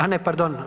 A ne, pardon.